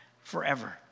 forever